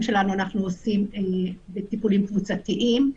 שלנו אנחנו עושים בטיפולים קבוצתיים.